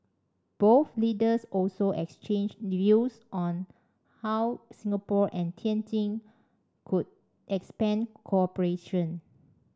both leaders also exchanged views on how Singapore and Tianjin could expand cooperation